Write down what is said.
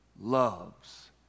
loves